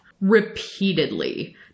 repeatedly